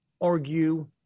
argue